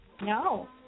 No